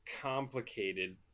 complicated